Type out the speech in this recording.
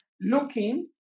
looking